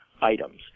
items